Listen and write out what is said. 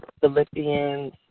Philippians